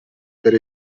per